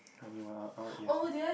I need well I want to eat as well